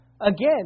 Again